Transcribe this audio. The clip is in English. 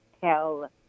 tell